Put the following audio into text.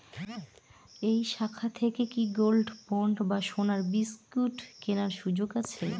এই শাখা থেকে কি গোল্ডবন্ড বা সোনার বিসকুট কেনার সুযোগ আছে?